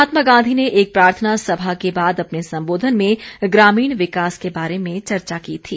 महात्मा गांधी ने एक प्रार्थना सभा के बाद अपने संबोधन में ग्रामीण विकास के बारे में चर्चा की थी